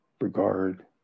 regard